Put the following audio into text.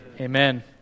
Amen